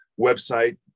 website